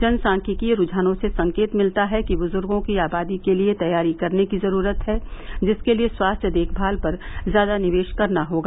जनसांख्यिकीय रूझानों से संकेत मिलता है कि बुजुर्गो की आबादी के लिए तैयारी करने की जरूरत है जिसके लिए स्वास्थ्य देखभाल पर ज्यादा निवेश करना होगा